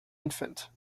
infant